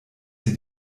sie